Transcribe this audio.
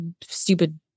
stupid